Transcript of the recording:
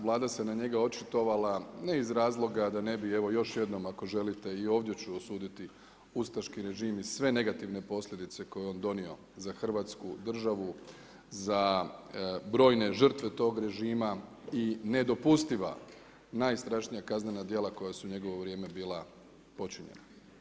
Vlada se na njega očitovala, ne iz razloga, da ne bi evo, još jednom ako želite i ovdje ću osuditi ustaški režim i sve negativne posljedice koje je on donio za Hrvatsku državu, za brojne žrtve tog režima i nedopustiva najstrašnija kaznena dijela koja su u njegovo vrijeme bila počinjena.